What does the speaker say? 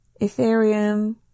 Ethereum